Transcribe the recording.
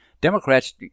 Democrats